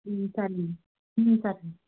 సరే సరే అమ్మ